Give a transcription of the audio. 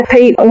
Pete